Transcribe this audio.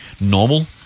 normal